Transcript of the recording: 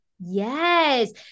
Yes